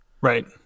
right